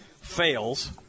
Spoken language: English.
fails